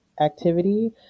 activity